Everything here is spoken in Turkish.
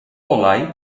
olay